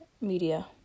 media